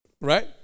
right